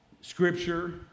scripture